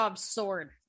sword